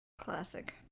Classic